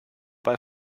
bei